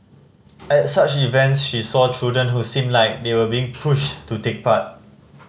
at such events she saw children who seemed like they were being pushed to take part